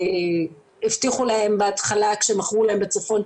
הבטיחו להם בהתחלה כשמכרו להם בצפון,